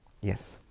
Yes